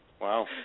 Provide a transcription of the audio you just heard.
wow